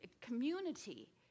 community